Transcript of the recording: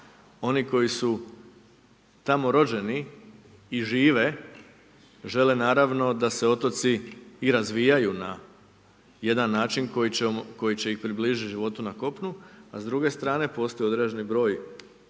Oni koji su tamo rođeni i žive, žele naravno da se otoci i razvijaju na jedan način koji će ih približit životu na kopnu, a s druge strane postoji određeni broj